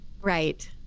Right